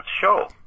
show